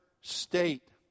state